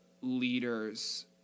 leaders